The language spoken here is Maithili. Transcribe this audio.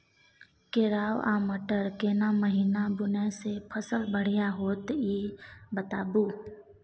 केराव आ मटर केना महिना बुनय से फसल बढ़िया होत ई बताबू?